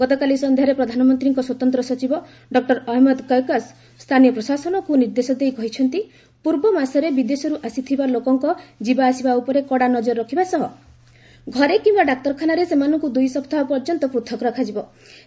ଗତକାଲି ସନ୍ଧ୍ୟାରେ ପ୍ରଧାନମନ୍ତ୍ରୀଙ୍କ ସ୍ୱତନ୍ତ୍ର ସଚିବ ଡକ୍ଟର ଅହମ୍ମଦ କୈକସ୍ ସ୍ଥାନୀୟ ପ୍ରଶାସନକୁ ନିର୍ଦ୍ଦେଶ ଦେଇ କହିଛନ୍ତି ପୂର୍ବ ମାସରେ ବିଦେଶରୁ ଆସିଥିବା ଲୋକଙ୍କ ଯିବା ଆସିବା ଉପରେ କନା ନଜର ରଖିବା ସହ ଘରେ କିମ୍ବା ଡାକ୍ତରଖାନାରେ ସେମାନଙ୍କୁ ଦୁଇ ସପ୍ତାହ ପର୍ଯ୍ୟନ୍ତ ପୃଥକ ରଖିବେ